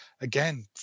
Again